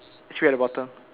three at the bottom